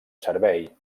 servei